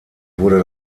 wurde